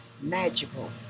magical